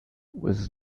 was